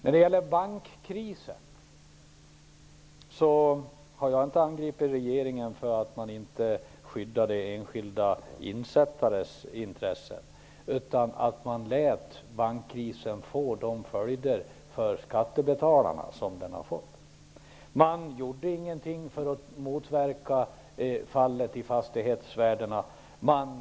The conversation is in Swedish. I fråga om bankkrisen har jag inte angripit regeringen för att den inte skyddade enskilda insättares intressen utan för att den lät bankkrisen få sådana följder för skattebetalarna. Regeringen gjorde ingenting för att motverka fastighetsvärdens fall.